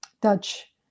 Dutch